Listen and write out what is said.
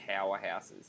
powerhouses